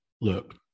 Look